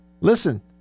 Listen